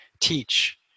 teach